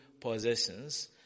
possessions